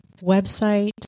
website